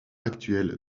actuel